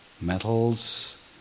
metals